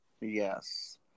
Yes